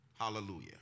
Hallelujah